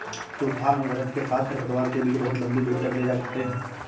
तूफान और गरज के साथ खरपतवार के बीज बहुत लंबी दूरी तक ले जा सकते हैं